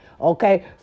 Okay